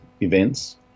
events